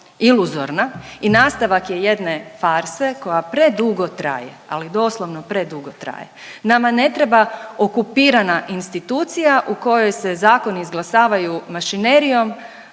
iluzorna i nastavak je jedne farse koja predugo traje, ali doslovno predugo traje. Nama ne treba okupirana institucija u kojoj se zakoni izglasavaju mašinerijom